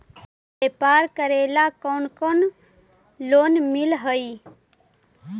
व्यापार करेला कौन कौन लोन मिल हइ?